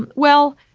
and well,